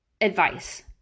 advice